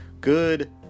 good